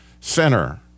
Center